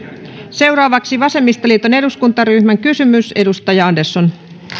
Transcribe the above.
seuraavaksi vasemmistoliiton eduskuntarymän kysymys edustaja andersson